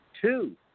two